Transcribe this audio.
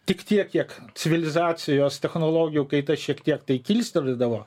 tik tiek kiek civilizacijos technologijų kaita šiek tiek tai kilstelėdavo